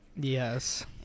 Yes